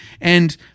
And-